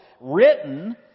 written